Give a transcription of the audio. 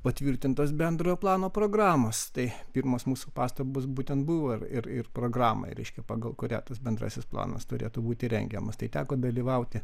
patvirtintos bendrojo plano programos tai pirmos mūsų pastabos būtent buvo ir ir programai reiškia pagal kurią tas bendrasis planas turėtų būti rengiamas tai teko dalyvauti